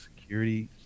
security